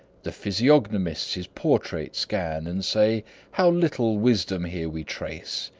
the physiognomists his portrait scan, and say how little wisdom here we trace!